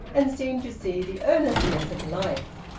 and seemed to see the earnestness of life.